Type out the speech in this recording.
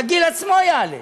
הגיל עצמו יעלה.